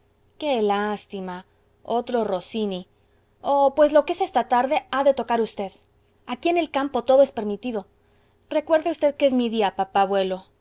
qué lástima otro rossini oh pues lo que es esta tarde ha de tocar usted aquí en el campo todo es permitido recuerde v que es mi día papá abuelo